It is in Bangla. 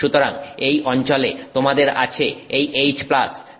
সুতরাং এই অঞ্চলে তোমাদের আছে এই H